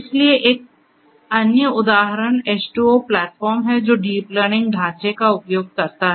इसलिए एक अन्य उदाहरण H2O प्लेटफॉर्म है जो डीप लर्निंग ढांचे का उपयोग करता है